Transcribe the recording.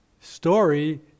story